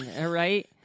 right